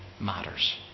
matters